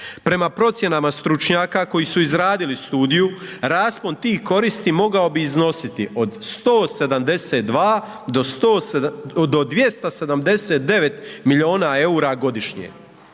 Prema procjenama stručnjaka koji su izradili studiju raspon tih koristi mogao bi iznositi od 172 do 279 milijuna eura godišnje.